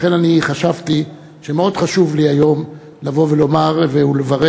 לכן אני חשבתי שמאוד חשוב לי היום לברך את